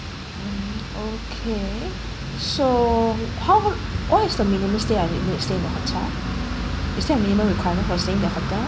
mmhmm okay so how what is the minimum stay I need need to stay in the hotel is there a minimum requirement for staying in the hotel